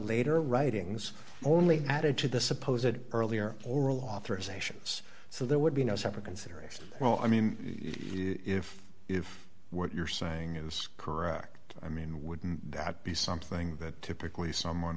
later writings only added to the suppose an earlier oral authorizations so there would be no separate consideration well i mean if if what you're saying is correct i mean wouldn't that be something that typically someone